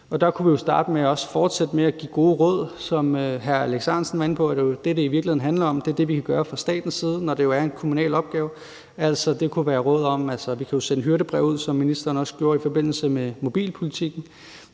Der kunne vi jo starte med at fortsætte med at give gode råd. Som hr. Alex Ahrendtsen var inde på, er det jo det, det i virkeligheden handler om; det er det, vi kan gøre fra statens side, når det jo er en kommunal opgave. Vi kunne f.eks. sende hyrdebreve ud, som ministeren gjorde i forbindelse med mobilpolitikken.